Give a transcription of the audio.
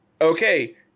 Okay